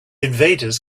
invaders